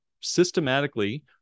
systematically